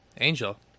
Angel